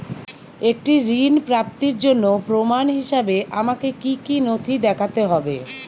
একটি ঋণ প্রাপ্তির জন্য প্রমাণ হিসাবে আমাকে কী কী নথি দেখাতে হবে?